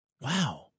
Wow